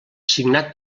signat